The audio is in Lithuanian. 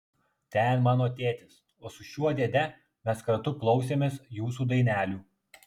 ten mano tėtis o su šiuo dėde mes kartu klausėmės jūsų dainelių